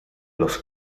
los